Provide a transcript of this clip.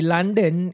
London